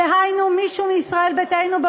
דהיינו מישהו מישראל ביתנו,